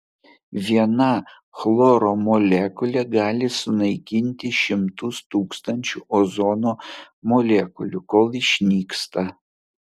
viena chloro molekulė gali sunaikinti šimtus tūkstančių ozono molekulių kol išnyksta